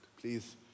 Please